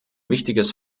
wichtiges